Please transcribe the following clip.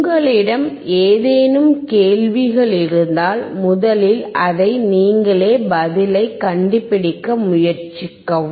உங்களிடம் ஏதேனும் கேள்விகள் இருந்தால் முதலில் அதை நீங்களே பதிலை கண்டுபிடிக்க முயற்சிக்கவும்